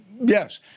Yes